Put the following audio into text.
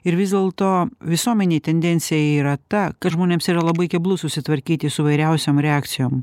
ir vis dėlto visuomenėj tendencija yra ta kad žmonėms yra labai keblu susitvarkyti su įvairiausiom reakcijom